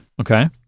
Okay